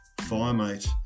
FireMate